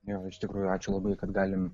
jo iš tikrųjų ačiū labai kad galim